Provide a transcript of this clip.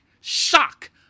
shock